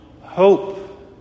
hope